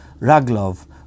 raglov